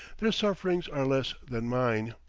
their sufferings are less than mine.